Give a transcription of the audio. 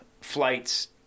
flights